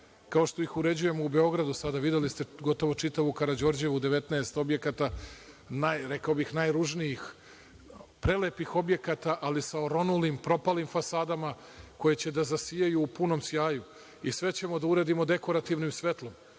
kao što ih uređujemo u Beogradu sada. Videli ste gotovo čitavu Karađorđevu u 19 objekata, rekao bih, najružnijih, prelepih objekata, ali sa oronulim, propalim fasadama koje će da zasijaju u punom sjaju i sve ćemo da uradimo dekorativno